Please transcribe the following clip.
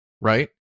Right